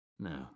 No